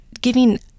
giving